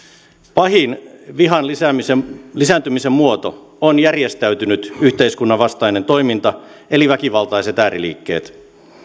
pahin vihan lisääntymisen lisääntymisen muoto on järjestäytynyt yhteiskunnan vastainen toiminta eli väkivaltaiset ääriliikkeet